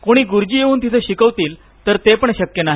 कोणी ग्रुजी येऊन तिथं शिकवतील तर ते पण शक्य नाही